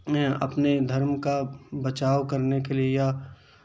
اپنے دھرم کا بچاؤ کرنے کے لیے یا